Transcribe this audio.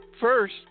First